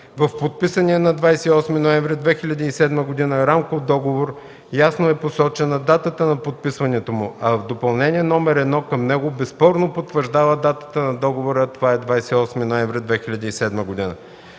В подписания на 28 ноември 2007 г. Рамков договор ясно е посочена датата на подписването му, а Допълнение № 1 към него безспорно потвърждава датата на договора – 28 ноември 2007 г.